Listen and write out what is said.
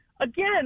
Again